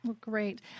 Great